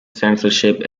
censorship